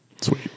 sweet